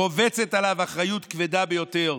רובצת עליו אחריות כבדה ביותר.